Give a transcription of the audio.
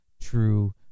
true